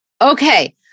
okay